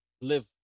live